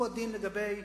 הוא הדין לגבי